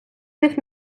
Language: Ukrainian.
них